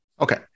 Okay